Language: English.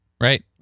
right